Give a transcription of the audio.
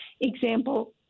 example